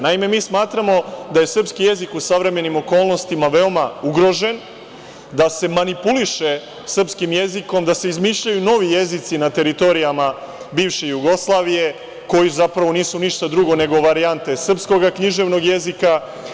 Naime, mi smatramo da je srpski jezik u savremenim okolnostima veoma ugrožen, da se manipuliše srpskim jezikom, da se izmišljaju novi jezici na teritorijama bivše Jugoslavije, koji zapravo nisu ništa drugo nego varijante srpskog književnog jezika.